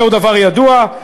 זה דבר ידוע,